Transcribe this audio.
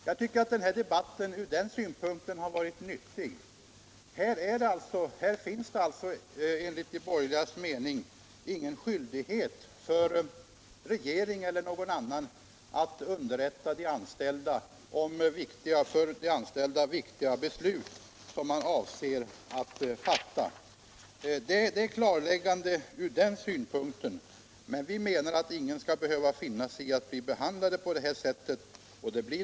Jag tycker att denna debatt har varit klarläggande från den synpunkten genom att vi fått veta, att det enligt de borgerligas mening inte finns någon skyldighet för regeringen eller någon annan att underrätta de anställda om för dessa viktiga beslut som man avser att fatta. Men vi menar att ingen skall behöva finna sig i att bli behandlad på detta sätt.